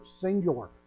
singular